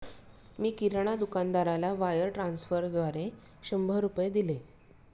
मी किराणा दुकानदाराला वायर ट्रान्स्फरद्वारा शंभर रुपये दिले